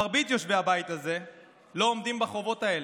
מרבית יושבי הבית הזה לא עומדים בחובות האלה,